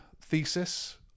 thesis